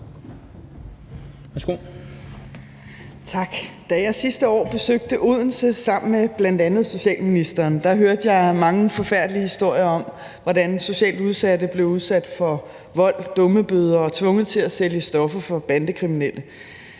Da jeg sidste år besøgte Odense sammen med bl.a. socialministeren, hørte jeg mange forfærdelige historier om, hvordan socialt udsatte blev udsat for vold, dummebøder og tvunget til at sælge stoffer for bandekriminelle.